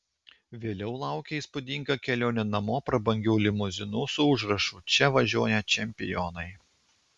vėliau laukė įspūdinga kelionė namo prabangiu limuzinu su užrašu čia važiuoja čempionai